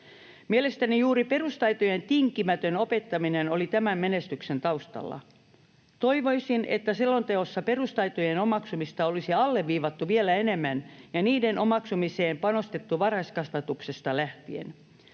Mielestäni juuri perustaitojen tinkimätön opettaminen oli tämän menestyksen taustalla. Toivoisin, että selonteossa perustaitojen omaksumista olisi alleviivattu vielä enemmän ja niiden omaksumiseen panostettu varhaiskasvatuksesta lähtien.